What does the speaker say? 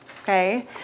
okay